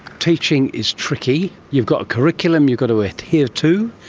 teaching is tricky. you've got a curriculum you've got to adhere to,